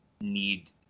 need